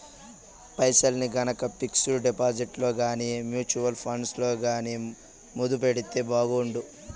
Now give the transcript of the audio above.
పైసల్ని గనక పిక్సుడు డిపాజిట్లల్ల గానీ, మూచువల్లు ఫండ్లల్ల గానీ మదుపెడితే బాగుండు